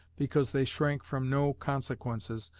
because they shrank from no consequences,